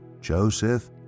Joseph